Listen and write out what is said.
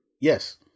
Yes